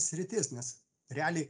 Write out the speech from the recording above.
sritis nes realiai